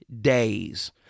days